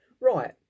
Right